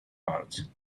parts